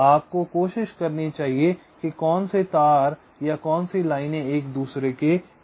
आपको कोशिश करनी चाहिए कि कौन से तार या कौन सी लाइनें एक दूसरे के पास हैं